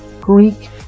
Greek